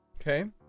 Okay